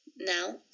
now